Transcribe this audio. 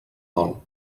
dol